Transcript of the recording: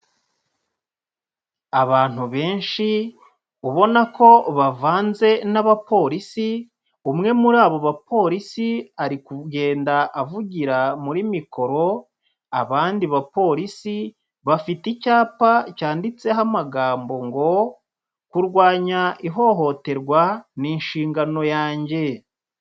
Abantu benshi ubona ko bavanze n’abapolisi, umwe muri abo bapolisi ari kugenda avugira muri mikoro, abandi ba polisi bafite icyapa cyanditseho amagambo ngo: "Kurwanya ihohoterwa ni inshingano yanjye.“